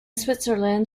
switzerland